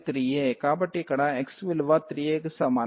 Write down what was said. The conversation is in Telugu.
కాబట్టి ఇక్కడ x విలువ 3 a కి సమానం